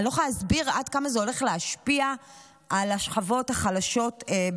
אני לא יכולה להסביר עד כמה זה הולך להשפיע על השכבות החלשות ביותר.